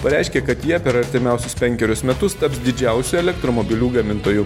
pareiškė kad jie per artimiausius penkerius metus taps didžiausiu elektromobilių gamintoju